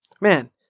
Man